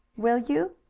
will you?